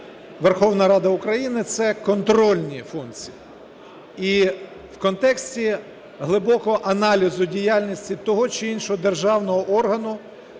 Верховна Рада України, це контрольні функції. І в контексті глибокого аналізу діяльності того чи іншого державного органу,